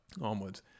onwards